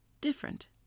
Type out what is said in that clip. different